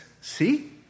See